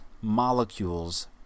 molecules